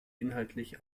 inhaltlich